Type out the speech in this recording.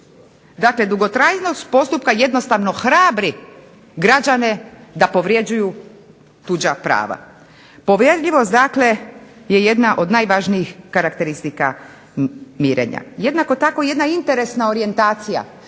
Dakle dugotrajnost postupka jednostavno hrabri građane da povrjeđuju tuđa prava. Povjerljivost dakle je jedna od najvažnijih karakteristika mirenja. Jednako tako jedna interesna orijentacija,